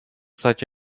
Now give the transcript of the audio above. such